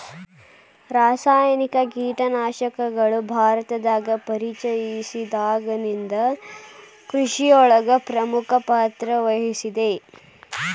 ರಾಸಾಯನಿಕ ಕೇಟನಾಶಕಗಳು ಭಾರತದಾಗ ಪರಿಚಯಸಿದಾಗನಿಂದ್ ಕೃಷಿಯೊಳಗ್ ಪ್ರಮುಖ ಪಾತ್ರವಹಿಸಿದೆ